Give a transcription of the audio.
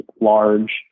large